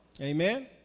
amen